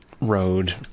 road